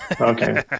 Okay